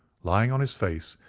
lying on his face,